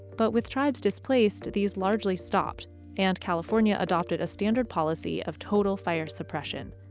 but with tribes displaced, these largely stopped and california adopted a standard policy of total fire suppression.